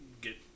Get